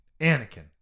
anakin